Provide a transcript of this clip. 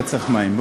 באמת אתה צריך מים.